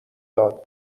داد